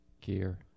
gear